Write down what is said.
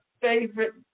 favorite